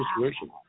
situation